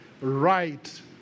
right